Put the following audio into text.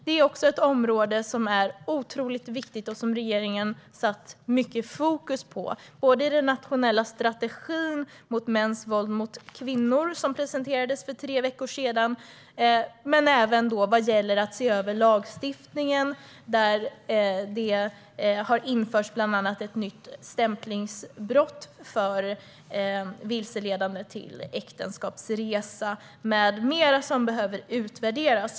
Det är också ett område som är otroligt viktigt och som regeringen har haft mycket fokus på, bland annat i den nationella strategin mot mäns våld mot kvinnor som presenterades för tre veckor sedan och även när det gäller att se över lagstiftningen. Det har bland annat införts ett nytt stämplingsbrott - vilseledande till äktenskapsresa med mera - som behöver utvärderas.